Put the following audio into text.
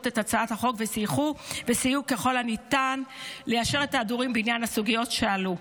את הצעת החוק וסייעו ככל הניתן ליישר את ההדורים בעניין הסוגיות שעלו.